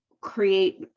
create